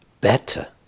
better